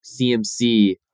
CMC